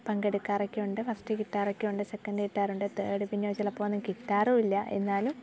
പങ്കെടുക്കാറൊക്കെയുണ്ട് first കിട്ടാറൊക്കെ ഉണ്ട് second കിട്ടാറുണ്ട് തേഡ് പിന്നെ ചിലപ്പോൾ ഒന്നും കിട്ടാറുമില്ല എന്നാലും